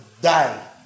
die